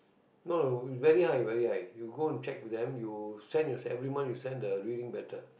no no very high very high you go and check with them you send your every month you send the reading better